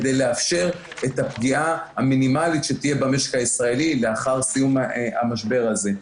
כדי לאפשר את הפגיעה המינימלית שתהיה במשק הישראלי לאחר סיום המשבר הזה.